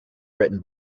written